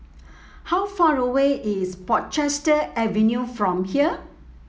how far away is Portchester Avenue from here